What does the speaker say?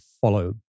follow